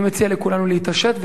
אני מציע לכולנו להתעשת,